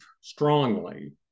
strongly